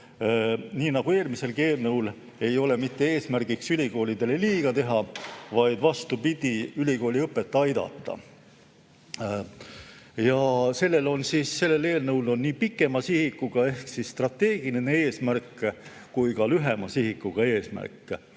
nii nagu eelmisegi eelnõu eesmärk ei ole mitte ülikoolidele liiga teha, vaid vastupidi, ülikooliõpet aidata. Sellel eelnõul on nii pikema sihiga ehk strateegiline eesmärk kui ka lühema sihiga eesmärk.